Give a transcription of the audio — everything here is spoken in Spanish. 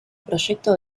proyecto